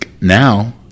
now